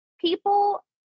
people